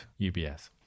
UBS